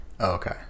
okay